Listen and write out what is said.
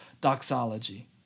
doxology